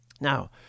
Now